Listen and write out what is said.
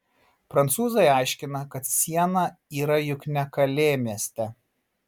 prancūzai aiškina kad siena yra juk ne kalė mieste